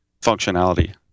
functionality